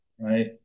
Right